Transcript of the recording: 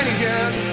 again